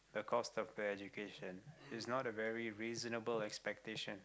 the cost of the education is not a very reasonable expectation